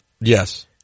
Yes